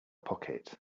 pocket